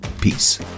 Peace